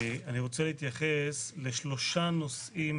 אני רוצה להתייחס לארבעה נושאים